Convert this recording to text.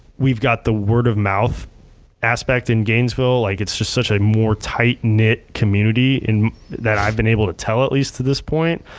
we've got the word of mouth aspect in gainesville. like it's just such a more tight knit community that i've been able to tell, at least, to this point,